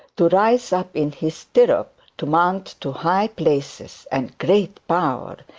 to rise up in his stirrup, to mount to high places and great power,